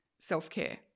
self-care